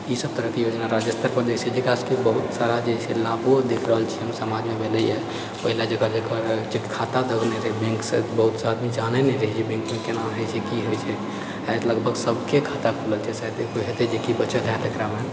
ई सब तरहके योजना राज्य स्तरपर देख सकै छी एकरा सबके बहुत सारा जे छै लाभो देख रहल छी हम समाजमे भेलैए पहिले जेकर जेकर जे खाता तऽ ओइमे रहै बैङ्क सऽ बहुत सा आदमी जानय नै रहियै बैङ्क की केना हय छै की हय छै आइ लगभग सबके खाता खुलल छै शायदे कोइ हेतै जे कि बचल होयत एकरामे